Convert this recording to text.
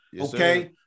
okay